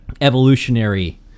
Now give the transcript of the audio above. evolutionary